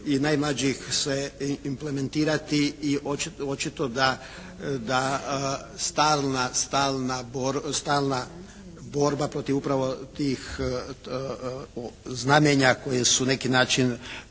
najmlađih se implementirati i očito da stalna borba protiv upravo tih znamenja koji su na neki način